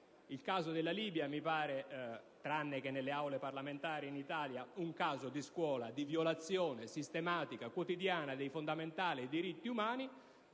vivano. La Libia mi pare, tranne che nelle aule parlamentari in Italia, un caso di scuola di violazione sistematica, quotidiana, dei fondamentali diritti umani.